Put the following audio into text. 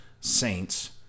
Saints